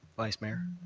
vice mayor.